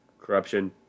corruption